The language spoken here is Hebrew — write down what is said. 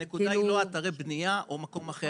הנקודה היא לא אתרי בניה או כל מקום אחר,